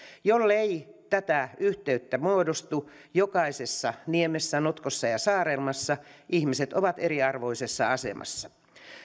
jollei tätä yhteyttä muodostu jokaisessa niemessä notkossa ja saarelmassa ihmiset ovat eriarvoisessa asemassa